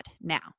Now